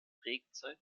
regenzeit